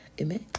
Amen